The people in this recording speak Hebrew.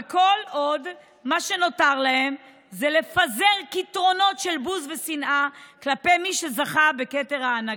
וכל שנותר להם זה לפזר קיתונות של בוז ושנאה כלפי מי שזכה בכתר ההנהגה.